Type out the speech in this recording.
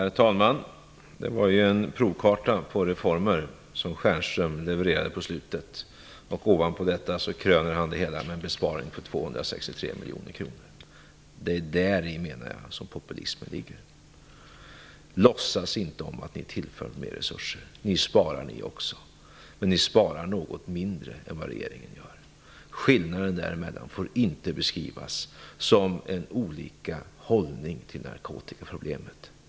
Herr talman! Det var en provkarta på reformer som Michael Stjernström levererade i slutet av sitt anförande. Ovanpå detta kröner han det hela med en besparing på 263 miljoner kronor. Det är däri som jag menar att populismen ligger. Låtsas inte som att ni tillför mer resurser! Ni sparar ni också. Men ni sparar något mindre än vad regeringen gör. Skillnaden däremellan får inte beskrivas som en olika hållning till narkotikaproblemet.